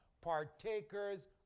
Partakers